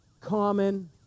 common